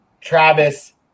Travis